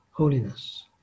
holiness